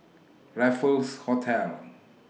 Raffles Hotel